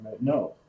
No